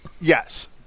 Yes